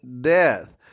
death